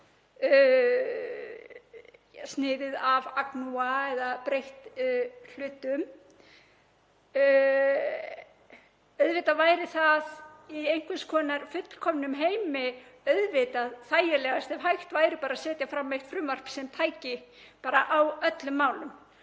sniðið af agnúa eða breytt hlutum. Auðvitað væri það í einhvers konar fullkomnum heimi þægilegast ef hægt væri að setja fram eitt frumvarp sem tæki bara á öllum málum.